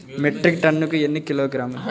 Metric టన్నుకు ఎన్ని కిలోగ్రాములు?